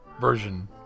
version